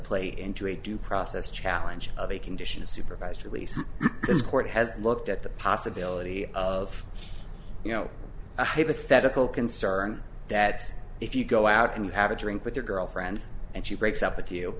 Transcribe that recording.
play into a due process challenge of a condition supervised release the court has looked at the possibility of you know a hypothetical concern that if you go out and you have a drink with your girlfriend and she breaks up with you